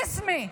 דיסמי,